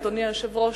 אדוני היושב-ראש,